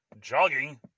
jogging